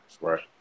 Right